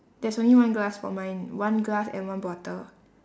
there's only one glass for mine one glass and one bottle